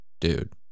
Dude